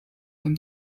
dem